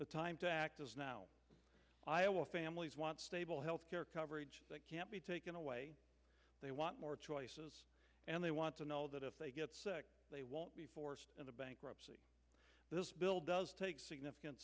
the time to act is now i will families want stable health care coverage that can't be taken away they want more choice and they want to know that if they get sick they won't be forced into bankruptcy this bill does take significant